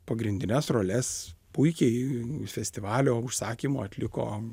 pagrindines roles puikiai festivalio užsakymu atliko